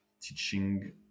teaching